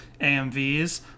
AMVs